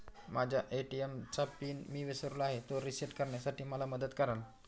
माझ्या ए.टी.एम चा पिन मी विसरलो आहे, तो रिसेट करण्यासाठी मला मदत कराल?